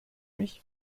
mich